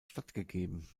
stattgegeben